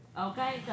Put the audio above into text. Okay